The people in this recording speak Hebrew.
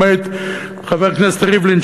למעט חבר הכנסת ריבלין,